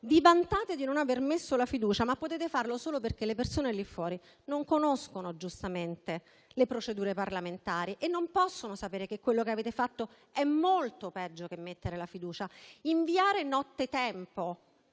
Vi vantate di non aver messo la fiducia, ma potete farlo solo perché le persone lì fuori non conoscono giustamente le procedure parlamentari e non possono sapere che quello che avete fatto è molto peggio che mettere la fiducia. Inviare nottetempo,